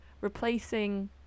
replacing